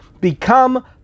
Become